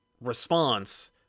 response